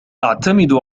أعتمد